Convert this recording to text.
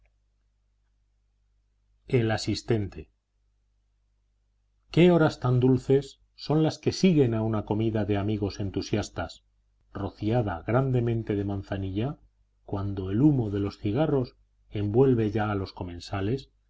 madrid qué horas tan dulces son las que siguen a una comida de amigos entusiastas rociada grandemente de manzanilla cuando el humo de los cigarros envuelve ya a los comensales